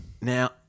Now